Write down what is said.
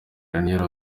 ranieri